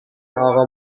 اقا